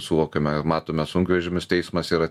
suvokiame matome sunkvežimius teismas yra